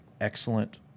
excellent